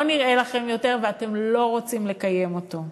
לא נראה לכם יותר ואתם לא רוצים לקיים אותו.